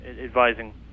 advising